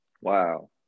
wow